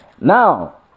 Now